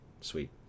Sweet